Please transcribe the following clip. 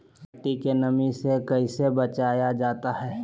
मट्टी के नमी से कैसे बचाया जाता हैं?